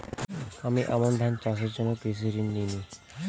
আমি আমন ধান চাষের জন্য কৃষি ঋণ নিয়েছি কবে পরিশোধ করতে হবে?